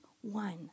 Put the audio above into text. one